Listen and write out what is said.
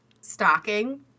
stocking